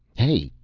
hey,